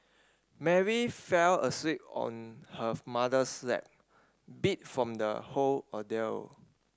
Mary fell asleep on her mother's lap beat from the whole ordeal